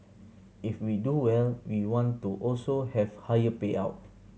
if we do well we want to also have higher payout